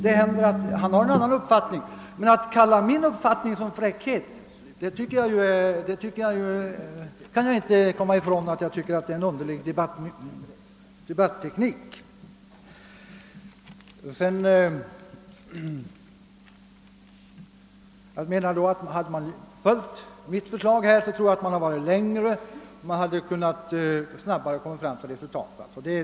Det kan hända att han har en annan uppfattning, men att kalla min uppfattning för fräckhet tycker jag är en underlig debatteknik, det kan jag inte komma ifrån. Hade man följt mitt förslag tror jag att man hade hunnit längre i dag; att man alltså snabbare hade kommit till resultat.